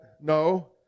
no